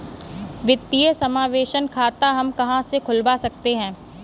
वित्तीय समावेशन खाता हम कहां से खुलवा सकते हैं?